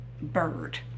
bird